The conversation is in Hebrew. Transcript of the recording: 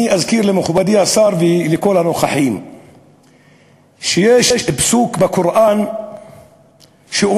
אני אזכיר למכובדי השר ולכל הנוכחים שיש פסוק בקוראן שאומר: